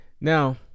Now